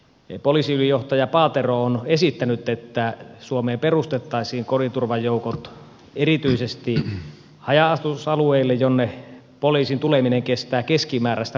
nimittäin poliisiylijohtaja paatero on esittänyt että suomeen perustettaisiin kodinturvajoukot erityisesti haja asutusalueille jonne poliisin tuleminen kestää keskimääräistä kauemmin